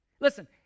Listen